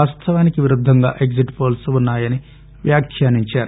వాస్తవానికి విరుద్దంగా ఎగ్జిట్ పోల్ప్ ఉన్నా యని వ్యాఖ్యానించారు